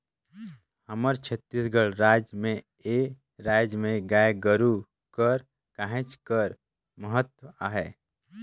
हमर छत्तीसगढ़ राज में ए राएज में गाय गरू कर कहेच कर महत अहे